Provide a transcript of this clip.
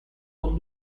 con